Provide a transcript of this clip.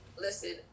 Listen